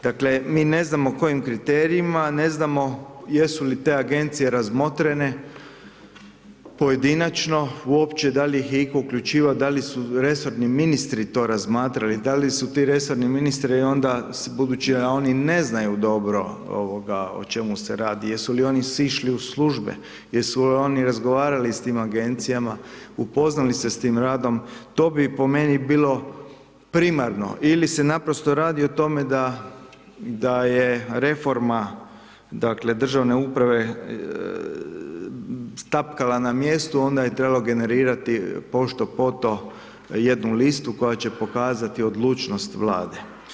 Dakle, mi ne znamo kojim kriterijima, ne znamo jesu li te Agencije razmotrene pojedinačno uopće, da li ih je itko uključivao, da li su resorni ministri to razmatrali, da li su ti resorni ministri onda, budući da oni ne znaju dobro o čemu se radi, jesu li oni sišli u službe, jesu li oni razgovarali s tim Agencijama, upoznali se s tim radom, to bi po meni bilo primarno ili se naprosto radi o tome da je reforma, dakle, državne uprave tapkala na mjestu, onda je trebalo generirati pošto poto jednu listu koja će pokazati odlučnost Vlade.